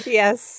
yes